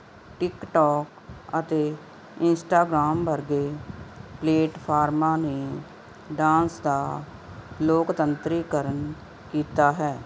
ਟਿਕ ਟੋਕ ਅਤੇ ਇੰਸਟਾਗਰਾਮ ਵਰਗੇ ਪਲੇਟਫਾਰਮਾਂ ਨੇ ਡਾਂਸ ਦਾ ਲੋਕਤੰਤਰੀਕਰਨ ਕੀਤਾ ਹੈ